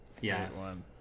Yes